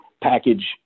package